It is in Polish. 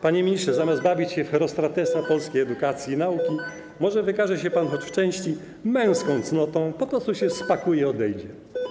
Panie ministrze, zamiast bawić się w Herostratesa polskiej edukacji i nauki, może wykaże się pan choć w części męską cnotą i po prostu spakuje się pan i odejdzie?